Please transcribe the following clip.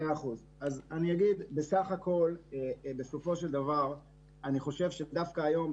אני חושב שדווקא היום,